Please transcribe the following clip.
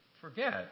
forget